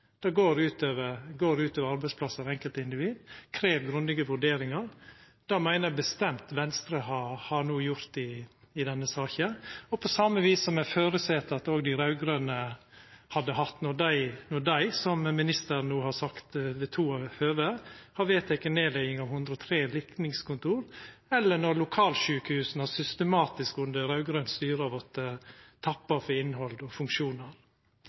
Det går ut over arbeidsplassar og enkeltindivid. Tre grundige vurderingar meiner eg bestemt Venstre no har gjort i denne saka – på same viset som eg føreset at dei raud-grøne hadde då dei, som ministeren no har sagt ved to høve, vedtok nedlegging av 103 likningskontor, eller då lokalsjukehusa faktisk systematisk under raud-grønt styre vart tappa for innhald og funksjonar.